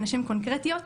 בנשים קונקרטיות.